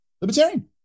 Libertarian